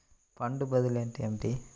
Fund బదిలీ అంటే ఏమిటి?